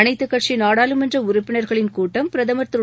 அனைத்துக்கட்சிநாடாளுமன்றஉறுப்பினா்களின் கூட்டம் பிரதமர் திரு